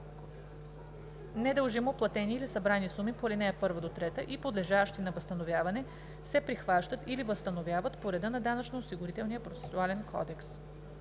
Недължимо платени или събрани суми по ал. 1 – 3 и подлежащи на възстановяване се прихващат или възстановяват по реда на Данъчно-осигурителния процесуален кодекс.“